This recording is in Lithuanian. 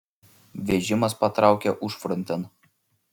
vežimas patraukė užfrontėn